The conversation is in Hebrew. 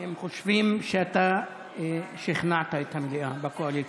הם חושבים שאתה שכנעת את המליאה, בקואליציה.